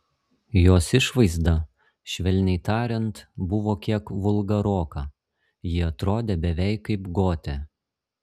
jos išvaizda švelniai tariant buvo kiek vulgaroka ji atrodė beveik kaip gotė